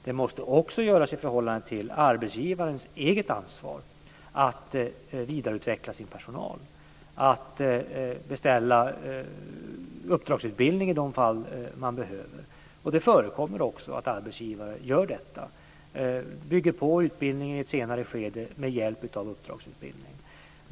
Den måste också göras i förhållande till arbetsgivarens eget ansvar att vidareutveckla sin personal och beställa uppdragsutbildning i de fall man behöver. Det förekommer också att arbetsgivare gör detta. De bygger på utbildningen i ett senare skede med hjälp av uppdragsutbildning.